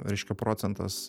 reiškia procentas